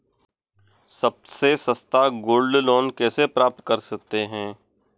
सबसे सस्ता gold loan कैसे प्राप्त कर सकते हैं?